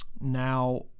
Now